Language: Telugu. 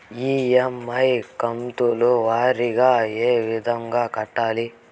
ఇ.ఎమ్.ఐ కంతుల వారీగా ఏ విధంగా కట్టాలి